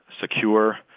secure